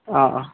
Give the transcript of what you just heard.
অ অ